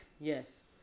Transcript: yes